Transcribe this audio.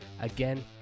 Again